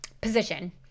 position